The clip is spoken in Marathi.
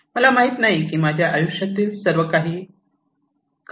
मला माहित नाही की माझ्या आयुष्यातील सर्वकाही काय आहे